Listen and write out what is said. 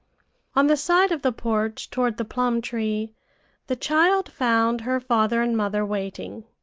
on the side of the porch toward the plum-tree the child found her father and mother waiting.